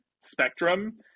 spectrum